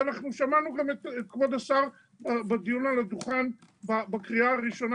ושמענו את כבוד השר בדיון על הדוכן בקריאה הראשונה